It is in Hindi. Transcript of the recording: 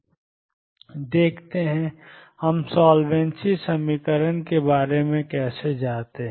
देखते हैं हम सॉल्वेंसी समीकरण के बारे में कैसे जाते हैं